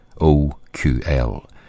OQL